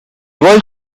world